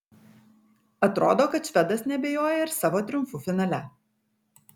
atrodo kad švedas neabejoja ir savo triumfu finale